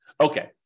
Okay